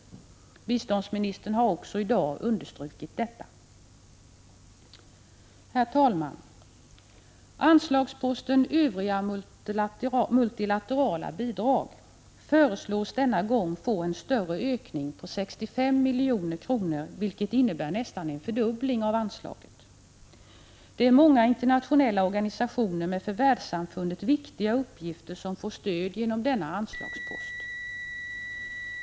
Också biståndsministern har understrukit detta. Herr talman! Anslagsposten ”Övriga multilaterala bidrag” föreslås denna gång få en större ökning, nämligen en ökning med 65 milj.kr., vilket innebär nästan en fördubbling av anslaget. Många internationella organisationer med för världssamfundet viktiga uppgifter får stöd genom denna anslagspost.